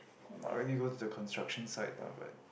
not really go to the construction site lah but